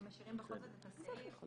אם משאירים בכל זאת את הסעיף,